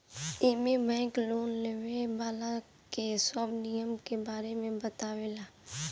एमे bank loan लेवे वाला के सब नियम के बारे में बतावे ला